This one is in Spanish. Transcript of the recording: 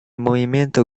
movimiento